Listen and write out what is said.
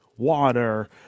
water